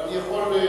אבל אני יכול,